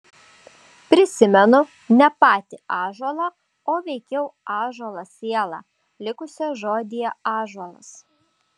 prisimenu ne patį ąžuolą o veikiau ąžuolo sielą likusią žodyje ąžuolas